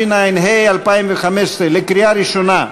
התשע"ה 2015, לקריאה ראשונה.